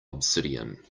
obsidian